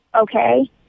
Okay